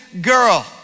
girl